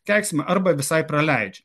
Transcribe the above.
keiksmą arba visai praleidžia